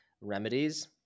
remedies